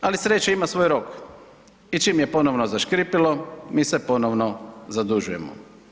Ali sreća ima svoj rok i čim je ponovno zaškripilo, mi se ponovno zadužujemo.